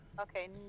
Okay